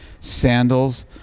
sandals